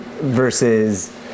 versus